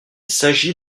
s’agit